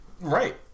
Right